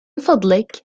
فضلك